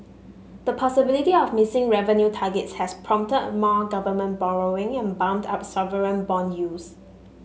the possibility of missing revenue targets has prompted more government borrowing and bumped up sovereign bond yields